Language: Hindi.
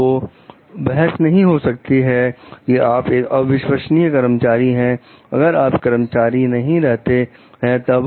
यह बहस नहीं हो शक्ति है कि आप एक अविश्वसनीय कर्मचारी हैं अगर आप कर्मचारी नहीं रहते हैं तब